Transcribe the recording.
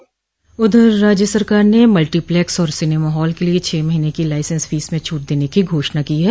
उधर राज्य सरकार ने मल्टी प्लेक्स और सिनेमा हॉल के लिए छह महीने की लाइसेंस फीस में छूट देने की घोषणा की है